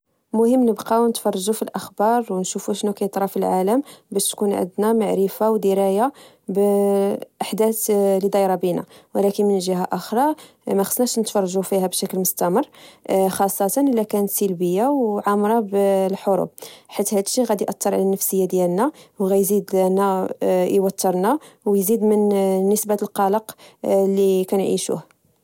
مهم نبقاو نتفرجو في الاخبار ونشوفو شنو كيطرا في العالم باش تكون عندنا معرفة ودراية باحداث اللي دايرة بينا. ولكن من جهة اخرى ماخاصناش نتفرجو فيها بشكل مستمر خاصه اذا كانت سلبيه وعامرة بالحروب حيت هادشي غادي يأثر على نفسيتنا ويزيد توترنا ويزيد من نسبة القلق اللي كنعيشو